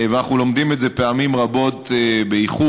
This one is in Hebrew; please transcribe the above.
ואנחנו לומדים את זה פעמים רבות באיחור,